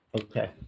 Okay